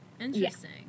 Interesting